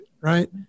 right